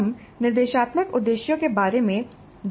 हम निर्देशात्मक उद्देश्यों के बारे में जानकारी प्रदान करते हैं